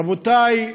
רבותי,